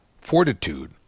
fortitude